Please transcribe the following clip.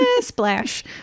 Splash